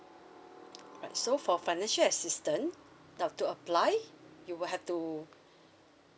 right so for financial assistance now to apply you will have to